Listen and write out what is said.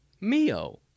Mio